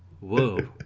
Whoa